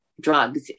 drugs